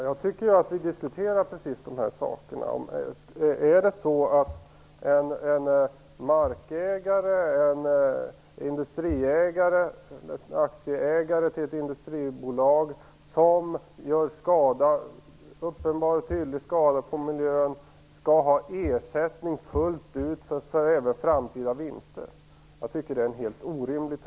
Herr talman! Jag tycker att vi diskuterar precis de sakerna. Tanken att en markägare, industriägare eller aktieägare till ett industribolag som gör uppenbar och tydlig skada på miljön skall ha full ersättning även för framtida vinster tycker jag är helt orimlig.